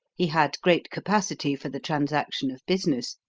he had great capacity for the transaction of business,